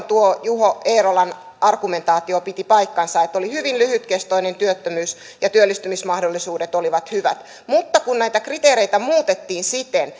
tuo juho eerolan argumentaatio piti paikkansa että oli hyvin lyhytkestoinen työttömyys ja työllistymismahdollisuudet olivat hyvät mutta kun näitä kriteereitä muutettiin siten